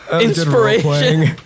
Inspiration